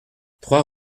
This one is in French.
trois